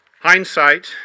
Hindsight